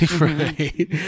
Right